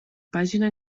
pàgina